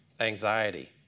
anxiety